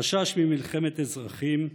חשש ממלחמת אזרחים,